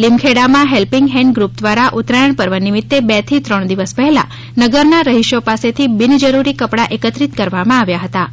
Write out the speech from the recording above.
લીમખેડામાં helping hand group દ્વારા ઉતરાયણ પર્વનિમિત્ત બે થી ત્રણ દિવસ પહેલા નગરના રહીશો પાસેથી બિનજરૂરી કપડા એકત્રીત કરવામાં આવ્યા હતા